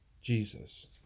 Jesus